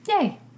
Yay